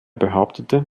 behauptete